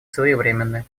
своевременны